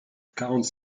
quarante